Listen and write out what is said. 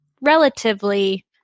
relatively